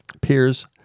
Peers